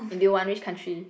and do you want which country